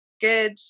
good